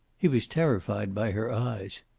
he was terrified by her eyes.